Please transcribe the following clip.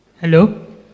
Hello